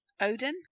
Odin